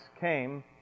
came